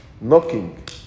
knocking